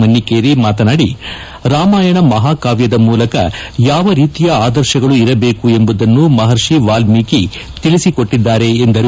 ಮನ್ನಿಕೇರಿ ಮಾತನಾಡಿ ರಾಮಾಯಣ ಮಹಾಕಾವ್ಯದ ಮೂಲಕ ಯಾವ ರೀತಿಯ ಆದರ್ಶಗಳು ಇರಬೇಕು ಎಂಬುದನ್ನು ಮಹರ್ಷಿ ವಾಲ್ಮೀಕಿ ತಿಳಿಸಿಕೊಟ್ಟದ್ದಾರೆ ಎಂದರು